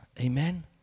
Amen